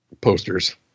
Posters